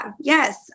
Yes